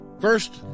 First